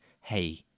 hey